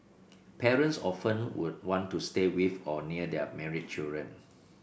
parents often would want to stay with or near their married children